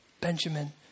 Benjamin